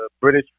British